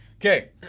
okay,